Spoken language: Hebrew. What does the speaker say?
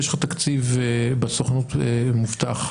יש לך תקציב בסוכנות מובטח?